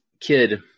kid